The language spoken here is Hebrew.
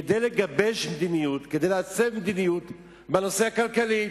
כדי לגבש מדיניות, כדי לעצב מדיניות בנושא הכלכלי.